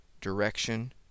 direction